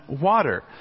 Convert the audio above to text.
water